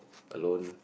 alone